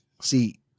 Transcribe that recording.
see